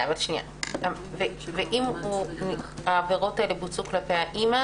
אם העבירות האלה בוצעו כלפי האימא